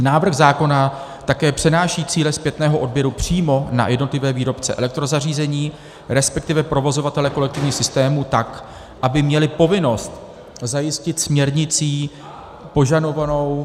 Návrh zákona také přenáší cíle zpětného odběru přímo na jednotlivé výrobce elektrozařízení, resp. provozovatele kolektivních systémů tak, aby měli povinnost zajistit směrnicí požadovanou...